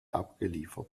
abgeliefert